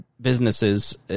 businesses